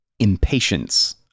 impatience